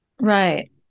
right